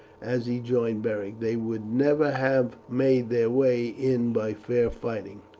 as he joined beric. they would never have made their way in by fair fighting.